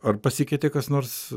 ar pasikeitė kas nors